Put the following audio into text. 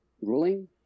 ruling